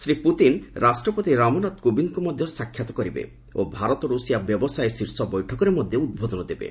Shri Putin ରାଷ୍ଟ୍ରପତି ରାମନାଥ କୋବିନ୍ଦଙ୍କୁ ମଧ୍ୟ ସାକ୍ଷାତ କରିବେ ଓ ଭାରତ ରୁଷିଆ ବ୍ୟବସାୟ ଶୀର୍ଷ ବୈଠକରେ ମଧ୍ୟ ଉଦ୍ବୋଧନ ଦେବେ